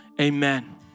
amen